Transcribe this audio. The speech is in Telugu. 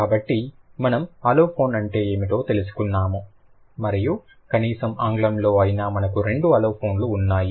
కాబట్టి మనము అలోఫోన్ అంటే ఏమిటో తెలుసుకున్నాము మరియు కనీసం ఆంగ్లంలో అయినా మనకు రెండు అలోఫోన్లు ఉన్నాయి